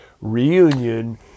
reunion